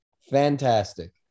Fantastic